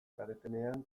zaretenean